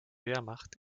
wehrmacht